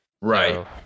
Right